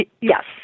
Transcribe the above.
Yes